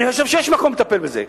אני חושב שיש מקום לטפל בזה,